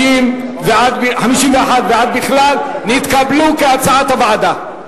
19 51, ועד בכלל, נתקבלו כהצעת הוועדה.